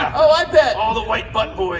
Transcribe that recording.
oh, i bet. all the white butt